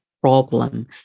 Problem